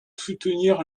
soutenir